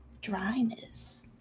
dryness